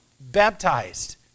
baptized